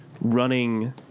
running